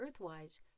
Earthwise